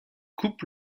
coupe